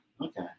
okay